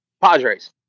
padres